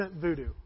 voodoo